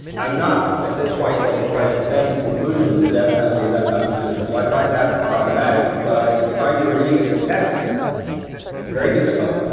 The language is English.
i'm not, at this point, going to try to defend the conclusion that the death penalty is unconstitutional. i find that problematic, but i find your reading of the text very difficult.